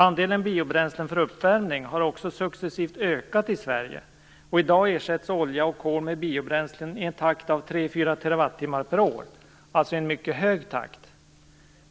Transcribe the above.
Andelen biobränslen för uppvärmning har också successivt ökat i Sverige och i dag ersätts olja och kol med biobränslen i en takt av 3-4 TWh per år, alltså i en mycket hög takt.